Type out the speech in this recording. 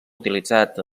utilitzat